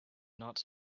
not